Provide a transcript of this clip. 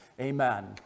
Amen